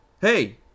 hey